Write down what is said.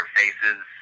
faces